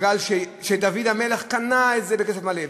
שדוד המלך קנה בכסף מלא.